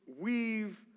weave